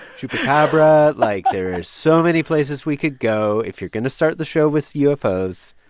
chupacabra. like, there are so many places we could go if you're going to start the show with ufos.